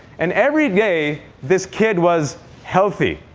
and every day, this kid was healthy.